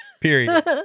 Period